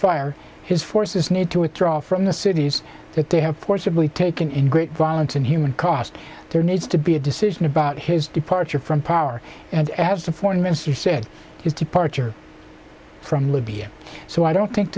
ceasefire his forces need to withdraw from the cities that they have forcibly taken in great violence and human cost there needs to be a decision about his departure from power and as the foreign minister said his departure from libya so i don't think